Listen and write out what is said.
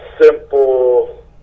simple